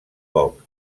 poc